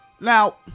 now